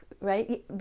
right